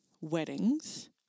weddings